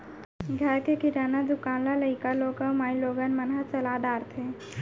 घर के किराना दुकान ल लइका लोग अउ माइलोगन मन ह चला डारथें